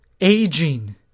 aging